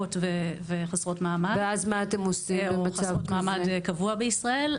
זרות וחסרות מעמד או חסרות מעמד קבוע בישראל.